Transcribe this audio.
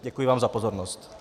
Děkuji vám za pozornost.